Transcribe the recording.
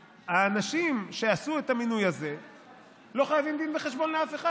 האנשים שעשו את המינוי הזה לא חייבים דין וחשבון לאף אחד.